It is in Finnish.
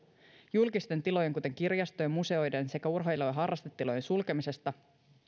julkisten tilojen kuten kirjastojen museoiden sekä urheilu ja harrastetilojen sulkemisesta